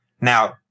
now